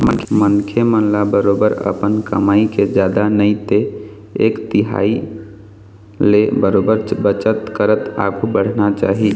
मनखे मन ल बरोबर अपन कमई के जादा नई ते एक तिहाई ल बरोबर बचत करत आघु बढ़ना चाही